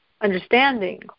understanding